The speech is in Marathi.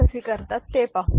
कसे करतात ते पाहू